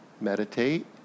Meditate